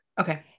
Okay